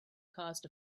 caused